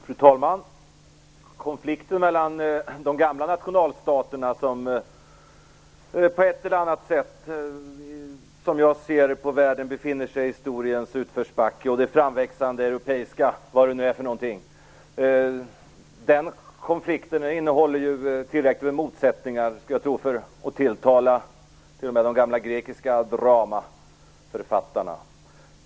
Fru talman! Konflikten mellan de gamla nationalstaterna, som på ett eller annat sätt som jag ser det befinner sig i historiens utförsbacke, och det framväxande europeiska vad-det-nu-är-för-någonting innehåller tillräckligt med motsättningar för att ha tilltalat de gamla grekiska dramaförfattarna.